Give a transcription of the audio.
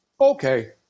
Okay